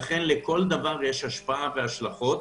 לכל דבר יש השפעה ויש השלכות.